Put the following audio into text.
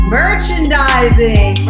merchandising